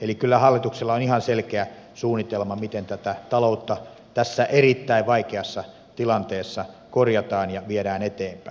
eli kyllä hallituksella on ihan selkeä suunnitelma miten tätä taloutta tässä erittäin vaikeassa tilanteessa korjataan ja viedään eteenpäin